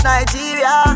Nigeria